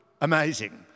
amazing